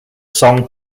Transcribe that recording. song